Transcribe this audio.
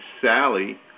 Sally